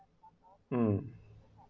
um